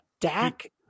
Dak